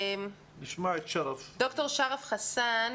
ד"ר שרף חסאן,